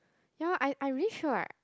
no I really sure right